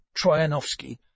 Troyanovsky